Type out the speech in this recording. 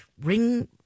ring